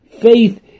faith